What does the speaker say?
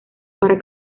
para